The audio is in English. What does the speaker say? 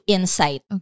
Insight